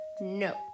no